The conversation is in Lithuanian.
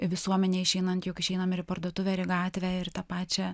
visuomenę išeinant juk išeinam ir į parduotuvę ir į gatvę ir tą pačią